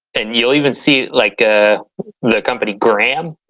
and you'll even see like. ah the company graham,